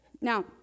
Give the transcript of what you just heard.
Now